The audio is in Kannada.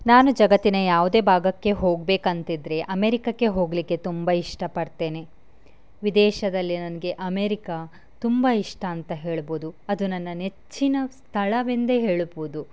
ನಾನು ಜಗತ್ತಿನ ಯಾವುದೇ ಭಾಗಕ್ಕೆ ಹೋಗಬೇಕಂತಿದ್ರೆ ಅಮೇರಿಕಕ್ಕೆ ಹೋಗಲಿಕ್ಕೆ ತುಂಬ ಇಷ್ಟಪಡ್ತೇನೆ ವಿದೇಶದಲ್ಲಿ ನನಗೆ ಅಮೇರಿಕಾ ತುಂಬ ಇಷ್ಟ ಅಂತ ಹೇಳ್ಬೋದು ಅದು ನನ್ನ ನೆಚ್ಚಿನ ಸ್ಥಳವೆಂದೇ ಹೇಳ್ಬೋದು